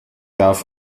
darf